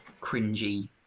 cringy